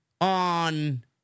on